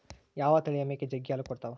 ಯಾವ ತಳಿಯ ಮೇಕೆ ಜಗ್ಗಿ ಹಾಲು ಕೊಡ್ತಾವ?